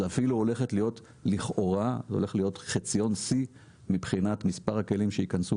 זה אפילו הולך להיות לכאורה חציון שיא מבחינת מספר הכלים שייכנסו